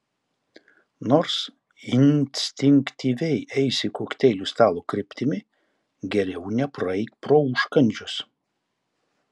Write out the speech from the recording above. nors instinktyviai eisi kokteilių stalo kryptimi geriau nepraeik pro užkandžius